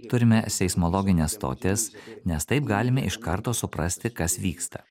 turime seismologines stotis nes taip galime iš karto suprasti kas vyksta